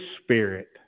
Spirit